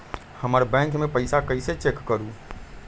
हमर बैंक में पईसा कईसे चेक करु?